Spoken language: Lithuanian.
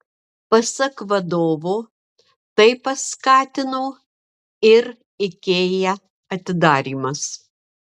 pasak vadovo tai paskatino ir ikea atidarymas